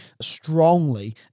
strongly